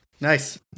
Nice